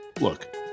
Look